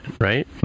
right